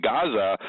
Gaza